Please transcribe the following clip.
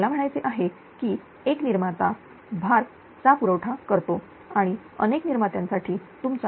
मला म्हणायचे आहे एक निर्माता भार चा पुरवठा करतो आणि अनेक निर्मात्यां साठी तुमचा